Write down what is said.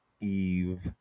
Eve